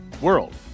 world